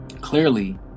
clearly